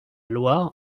loire